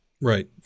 Right